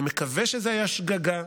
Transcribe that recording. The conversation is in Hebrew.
אני מקווה שזאת הייתה שגגה,